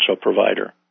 provider